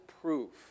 proof